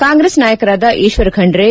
ಕಾಂಗ್ರೆಸ್ ನಾಯಕರಾದ ಈಶ್ವರ ಖಂಡ್ರೆ